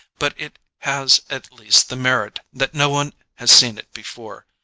but it has at least the merit that no one has seen it before